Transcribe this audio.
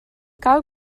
cal